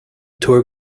tabhair